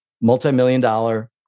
Multi-million-dollar